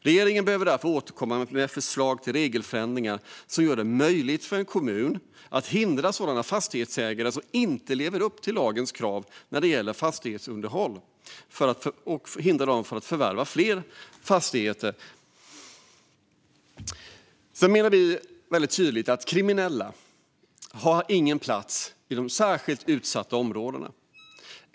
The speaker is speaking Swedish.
Regeringen behöver därför återkomma med förslag till regelförändringar som gör det möjligt för en kommun att hindra fastighetsägare som inte lever upp till lagens krav när det gäller fastighetsunderhåll från att förvärva fler fastigheter. Vi menar också tydligt att kriminella inte har någon plats i de särskilt utsatta områdena.